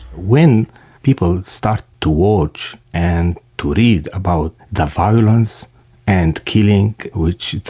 when people start to watch and to read about the violence and killing which